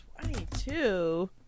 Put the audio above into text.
Twenty-two